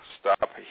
stop